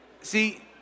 See